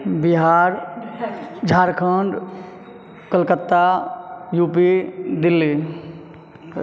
Bihar Jharkhand Calcutta UP Delhi